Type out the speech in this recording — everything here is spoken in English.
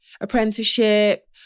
apprenticeship